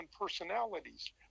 personalities